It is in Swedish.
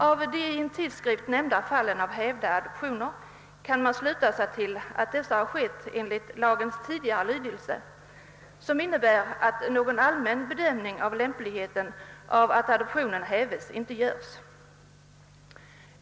Av gången i de i en tidskrift nämnda fallen av hävda adoptioner kan man sluta sig till att behandlingen skett enligt lagens tidigare lydelse, som innebar att någon allmän bedömning av lämpligheten i att adoptionen häves inte skulle göras.